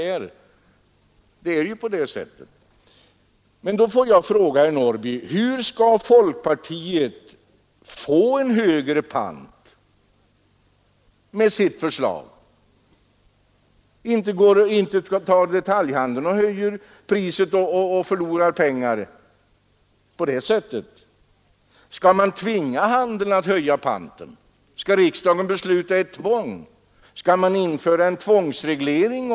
Hur skall folkpartiet, herr Norrby i Åkersberga, kunna åstadkomma en högre pant med sitt förslag? Inte höjer detaljhandeln priset och förlorar pengar. Skall det ske genom att riksdagen beslutar om en tvångsreglering?